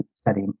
study